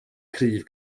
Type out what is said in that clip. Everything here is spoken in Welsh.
cryf